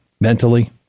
Mentally